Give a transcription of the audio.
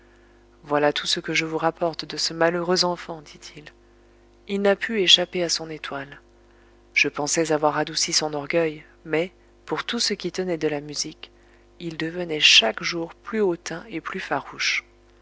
voilà tout ce que je vous rapporte de ce malheureux enfant dit-il il n'a pu échapper à son étoile je pensais avoir adouci son orgueil mais pour tout ce qui tenait de la musique il devenait chaque jour plus hautain et plus farouche